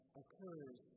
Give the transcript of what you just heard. occurs